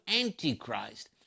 Antichrist